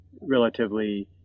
relatively